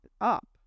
up